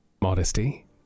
Modesty